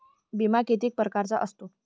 बिमा किती परकारचा असतो?